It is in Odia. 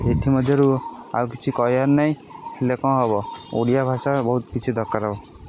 ଏଥିମଧ୍ୟରୁ ଆଉ କିଛି କହିବାର ନାହିଁ ହେଲେ କ'ଣ ହେବ ଓଡ଼ିଆ ଭାଷା ବହୁତ କିଛି ଦରକାର ହେବ